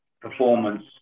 performance